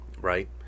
right